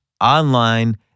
online